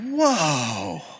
whoa